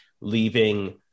leaving